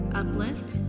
uplift